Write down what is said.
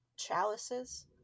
chalices